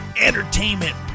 entertainment